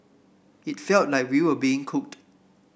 it felt like we were being cooked